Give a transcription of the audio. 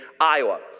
Iowa